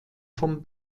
vom